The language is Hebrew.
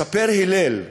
מספר הלל,